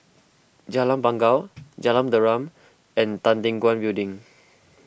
Jalan Bangau Jalan Derum and Tan Teck Guan Building